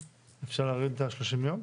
אפשר להוריד את ה-30 יום?